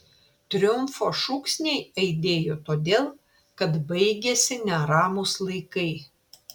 triumfo šūksniai aidėjo todėl kad baigėsi neramūs laikai